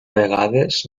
vegades